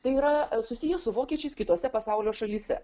tai yra susijęs su vokiečiais kitose pasaulio šalyse